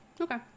Okay